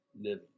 living